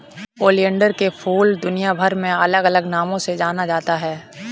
oleander के फूल दुनियाभर में अलग अलग नामों से जाना जाता है